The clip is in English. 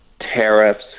tariffs